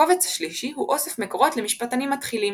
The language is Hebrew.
הקובץ השלישי הוא אוסף מקורות למשפטנים מתחילים.